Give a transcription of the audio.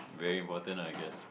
very important ah I guess